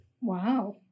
Wow